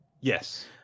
Yes